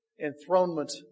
Enthronement